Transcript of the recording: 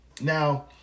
Now